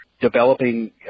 developing